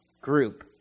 group